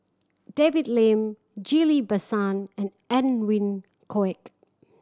David Lim Ghillie Basan and Edwin Koek